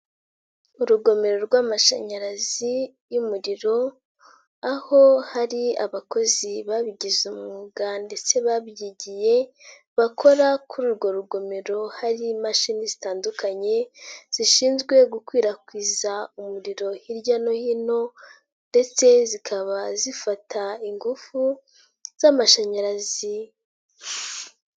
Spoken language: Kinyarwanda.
Urugomero rw'amashanyarazi y'umuriro aho hari abakozi babigize umwuga ndetse babyigiye bakora kuri urwo rugomero, hari imashini zitandukanye zishinzwe gukwirakwiza umuriro hirya no hino ndetse zikaba zifata ingufu z'amashanyarazi.